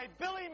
Billy